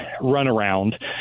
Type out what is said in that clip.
runaround